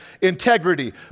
integrity